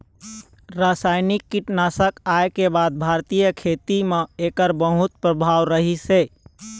रासायनिक कीटनाशक आए के बाद भारतीय खेती म एकर बहुत प्रभाव रहीसे